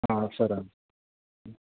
సరే అండి